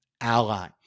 ally